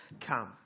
come